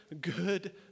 good